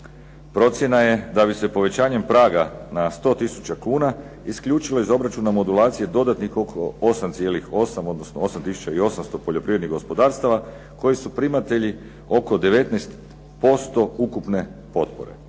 procjena je da bi se povećanjem praga na 100 tisuća kuna isključilo iz obračuna modulacije dodatnih oko 8,8 odnosno 8 tisuća i 800 poljoprivrednih gospodarstava koji su primatelji oko 19% ukupne potpore.